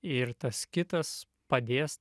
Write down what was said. ir tas kitas padės